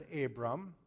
Abram